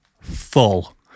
full